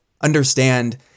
understand